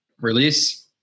release